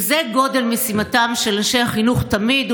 וזה גודל משימתם של אנשי החינוך תמיד,